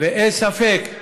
אין ספק,